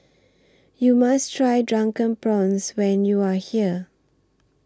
YOU must Try Drunken Prawns when YOU Are here